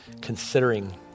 considering